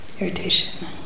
irritation